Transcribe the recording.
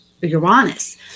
Uranus